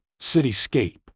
cityscape